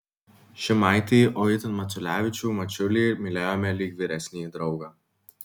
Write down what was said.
šimaitį o itin maculevičių mačiulį mylėjome lyg vyresnįjį draugą